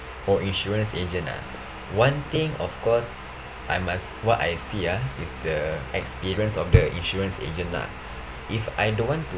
for insurance agent ah one thing of course I must what I see ah is the experience of the insurance agent lah if I don't want to